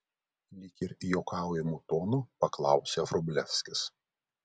lyg ir juokaujamu tonu paklausė vrublevskis